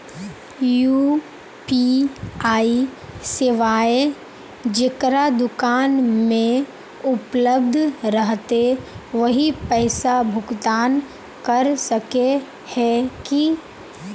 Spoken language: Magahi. यु.पी.आई सेवाएं जेकरा दुकान में उपलब्ध रहते वही पैसा भुगतान कर सके है की?